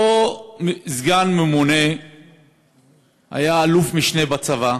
אותו סגן ממונה היה אלוף-משנה בצבא,